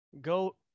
go